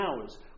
hours